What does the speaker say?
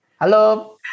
Hello